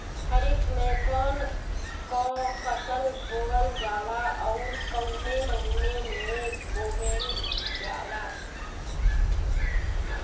खरिफ में कौन कौं फसल बोवल जाला अउर काउने महीने में बोवेल जाला?